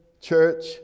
Church